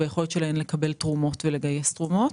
ביכולת שלהם לקבל תרומות ולגייס תרומות.